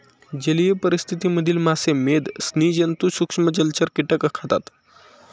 जलीय परिस्थिति मधील मासे, मेध, स्सि जन्तु, सूक्ष्म जलचर, कीटक खातात